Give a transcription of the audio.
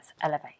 Elevate